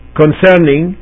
concerning